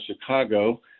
Chicago